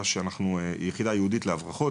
היא יחידה ייעודית להברחות.